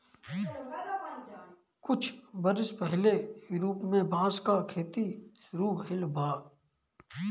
कुछ बरिस पहिले यूरोप में बांस क खेती शुरू भइल बा